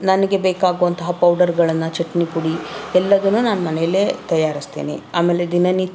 ನನಗೆ ಬೇಕಾಗುವಂತಹ ಪೌಡರ್ಗಳನ್ನು ಚಟ್ನಿ ಪುಡಿ ಎಲ್ಲದನ್ನು ನಾನು ಮನೇಲೇ ತಯಾರಿಸ್ತೀನಿ ಆಮೇಲೆ ದಿನನಿತ್ಯ